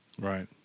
Right